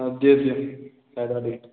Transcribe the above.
ଆଉ ଦିଅ ଦିଅ ଚାଟ୍ଟା ଦିଅ